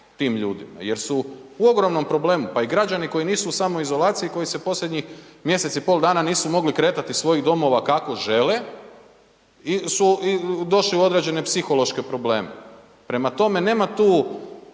tim ljudima jer su u ogromnom problemu. Pa i građani koji nisu u samoizolaciji koji se posljednjih mjesec i pol dana nisu mogli kretati iz svojih domova kako žele su došli u određene psihološke probleme. Prema tome, nema tu